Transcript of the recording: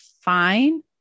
fine